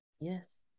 Yes